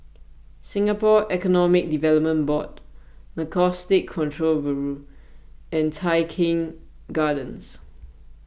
Singapore Economic Development Board Narcotics Control Bureau and Tai Keng Gardens